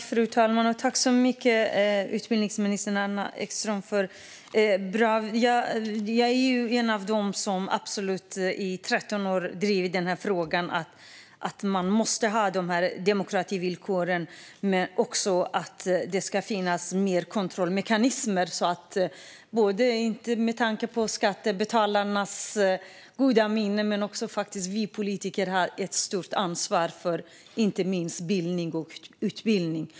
Fru talman! Tack så mycket för svaret, utbildningsminister Anna Ekström! Jag är absolut en av dem som i 13 år har drivit att vi måste ha de här demokrativillkoren men också att det ska finnas mer kontrollmekanismer. Det handlar om skattebetalarnas goda minne, men vi politiker har också ett stort ansvar för inte minst bildning och utbildning.